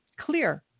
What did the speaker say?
clear